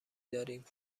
داریم